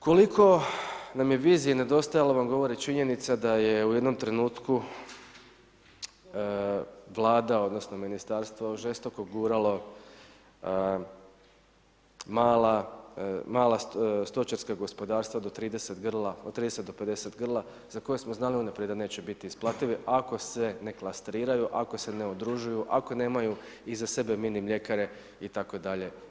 Koliko nam je vizije nedostajalo vam govori činjenica je u jednom trenutku Vlada odnosno ministarstvo žestoko guralo mala stočarska gospodarstva do 30 grla, od 30 do 50 grla za koje smo znali unaprijed da neće biti isplativi ako se ne klastriraju, ako se ne udružuju, ako nemaju iza sebe mini mljekare itd.